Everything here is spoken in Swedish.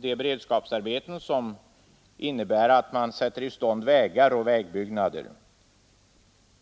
de beredskapsarbeten som innebär att man sätter i stånd vägar och bygger vägar.